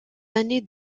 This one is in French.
années